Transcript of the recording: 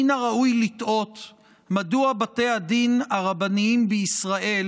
מן הראוי לתהות מדוע בתי הדין הרבניים בישראל